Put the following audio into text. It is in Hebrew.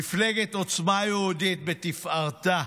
מפלגת עוצמה יהודית בתפארתה.